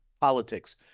politics